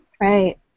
Right